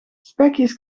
spekjes